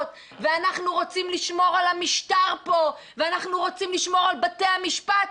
ואנחנו רוצים לשמור על המשטר פה ואנחנו רוצים לשמור על בתי המשפט,